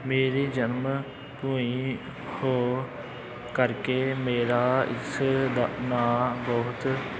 ਮੇਰੀ ਜਨਮ ਤੋਂ ਹੀ ਹੋ ਕਰਕੇ ਮੇਰਾ ਇਸ ਦਾ ਨਾ ਬਹੁਤ